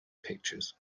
pictures